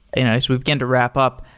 and as we begin to wrap up,